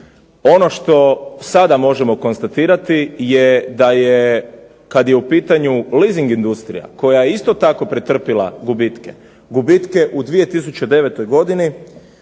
Ono što sada možemo konstatirati da je kada je u pitanju leasing industrija koja je isto tako pretrpila gubitke, u gubitke u 2009. godini,